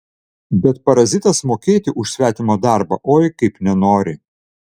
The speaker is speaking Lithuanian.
bet parazitas mokėti už svetimą darbą oi kaip nenori